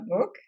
book